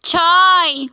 ছয়